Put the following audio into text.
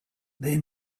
they